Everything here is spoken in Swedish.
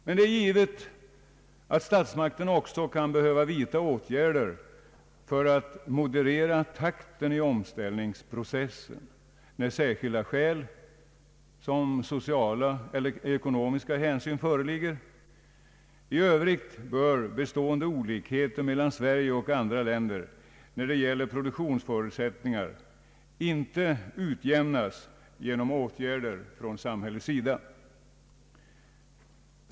Men det är givet att statsmakterna också kan behöva vidta åtgärder för att moderera takten i omställningsprocessen, när särskilda skäl, såsom sociala eller ekonomiska hänsyn, föreligger. I övrigt bör bestående olikheter mellan Sverige och andra länder när det gäller produktionsförutsättningar inte utjämnas genom åtgärder från samhällets sida.